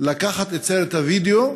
לקחת את סרט הווידיאו,